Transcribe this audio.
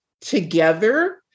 together